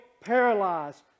paralyzed